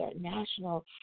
national